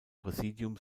präsidium